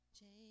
change